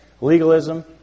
Legalism